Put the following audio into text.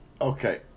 Okay